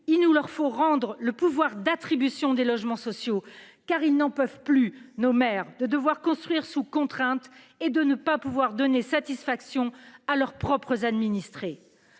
devons leur rendre le pouvoir d'attribution des logements sociaux, car nos maires n'en peuvent plus de devoir construire sous contrainte et de ne pas pouvoir donner satisfaction à leurs propres administrés